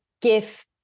give